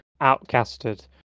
outcasted